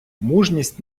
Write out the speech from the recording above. мужність